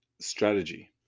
strategy